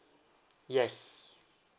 yes